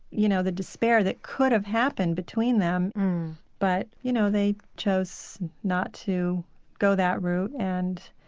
you know the despair that could have happened between them but you know they chose not to go that route and